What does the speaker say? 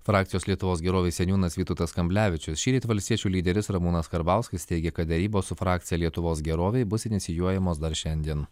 frakcijos lietuvos gerovei seniūnas vytautas kamblevičius šįryt valstiečių lyderis ramūnas karbauskis teigia kad derybos su frakcija lietuvos gerovei bus inicijuojamos dar šiandien